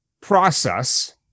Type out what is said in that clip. process